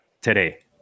today